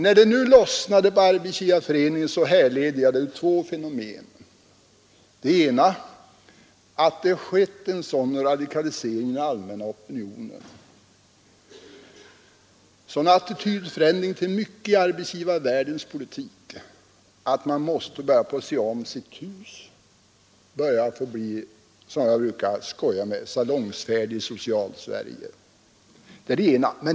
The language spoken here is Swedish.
När det nu lossnade på Arbetsgivareföreningen härledde jag det ur två fenomen. Det ena var att det hade skett en sådan radikalisering i den allmänna opinionen, en sådan attitydförändring till mycket i arbetsgivarvärldens politik, att man måste börja se om sitt hus. Man fick, som jag brukar säga, börja att bli salongsfähig i Socialsverige. Det var det ena.